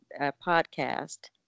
podcast